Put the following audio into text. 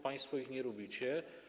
Państwo ich nie lubicie.